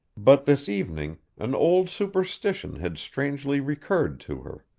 but this evening an old superstition had strangely recurred to her.